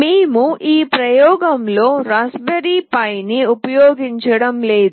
మేము ఈ ప్రయోగంలో రాస్ప్బెర్రీ PI ని ఉపయోగించడం లేదు